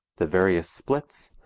the various splits,